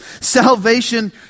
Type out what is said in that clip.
salvation